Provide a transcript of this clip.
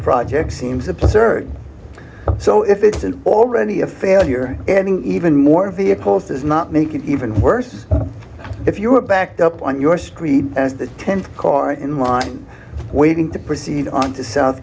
project seems absurd so if it isn't already a failure adding even more vehicles does not make it even worse if you were backed up on your screen as the tenth car in line waiting to proceed on to south